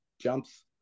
jumps